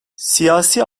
siyasi